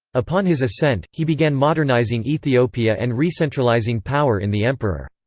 upon his ascent, he began modernizing ethiopia and recentralizing power in the emperor.